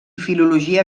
filologia